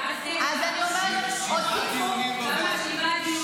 דיונים --- שבעה דיונים,